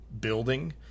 building